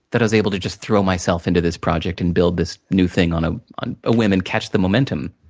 that i was able to just throw myself into this project, and build this new thing on ah on a whim, and catch the momentum.